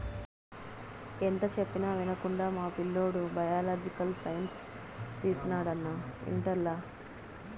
ఎంత చెప్పినా వినకుండా మా పిల్లోడు బయలాజికల్ సైన్స్ తీసినాడు అన్నా ఇంటర్లల